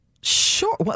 Sure